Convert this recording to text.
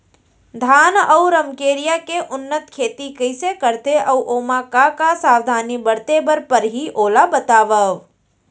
धान अऊ रमकेरिया के उन्नत खेती कइसे करथे अऊ ओमा का का सावधानी बरते बर परहि ओला बतावव?